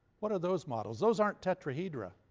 what are those models? those aren't tetrahedra.